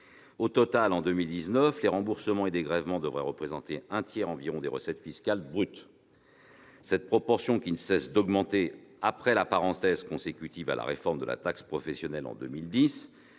Au total, en 2019, les remboursements et dégrèvements devraient représenter un tiers environ des recettes fiscales brutes. Cette proportion, qui ne cesse d'augmenter après la parenthèse consécutive de la réforme de la taxe professionnelle en 2010,